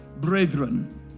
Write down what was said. brethren